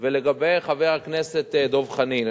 לגבי חבר הכנסת דב חנין,